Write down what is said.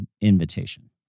invitation